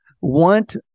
want